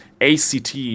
ACT